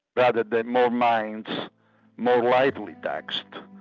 rather than more mines more lightly taxed,